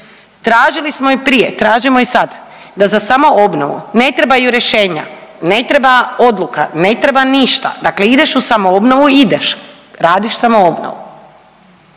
tražili smo i prije, tražimo i sad da za samoobnovu ne trebaju rješenja, ne treba odluka, ne treba ništa, dakle ideš u samoobnovu ideš, radiš samoobnovu